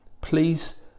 please